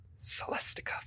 Celestica